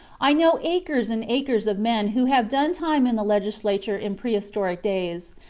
i know acres and acres of men who have done time in a legislature in prehistoric days,